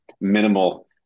minimal